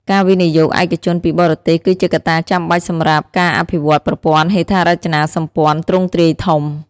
ការវិនិយោគឯកជនពីបរទេសគឺជាកត្តាចាំបាច់សម្រាប់ការអភិវឌ្ឍប្រព័ន្ធហេដ្ឋារចនាសម្ព័ន្ធទ្រង់ទ្រាយធំ។